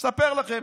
אני מספר לכם.